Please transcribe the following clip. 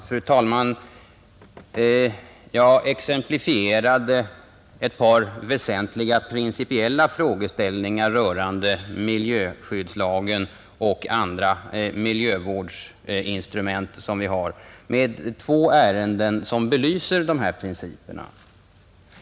Fru talman! Jag exemplifierade ett par väsentliga principiella frågeställningar rörande miljöskyddslagen och andra miljövårdsinstrument med två ärenden som belyser dessa principer.